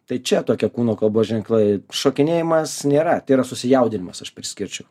tai čia tokie kūno kalbos ženklai šokinėjimas nėra tai yra susijaudinimas aš priskirčiau